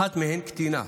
אחת מהן קטינה,